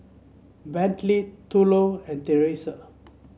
Brantley Thurlow and Teresa